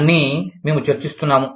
అన్నీ మేము చర్చిస్తున్నాము